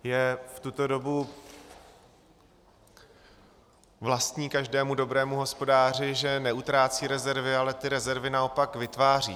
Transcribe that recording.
V tuto dobu je vlastní každému dobrému hospodáři, že neutrácí rezervy, ale ty rezervy naopak vytváří.